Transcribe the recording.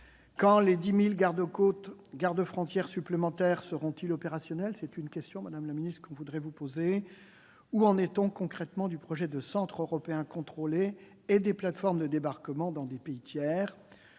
Quand les 10 000 gardes-frontières supplémentaires seront-ils opérationnels ? Nous vous posons la question, madame la ministre. Où en est-on concrètement du projet de centres européens contrôlés et des plateformes de débarquement dans des pays tiers ?